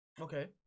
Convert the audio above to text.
Okay